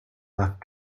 left